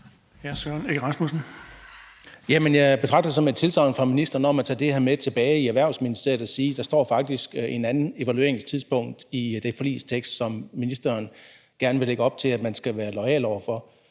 jeg betragter det som et tilsagn fra ministeren om at tage det her med tilbage i Erhvervsministeriet og sige: Der står faktisk et andet evalueringstidspunkt i den forligstekst, som ministeren gerne vil lægge op til man skal være loyal over for.